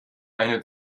eine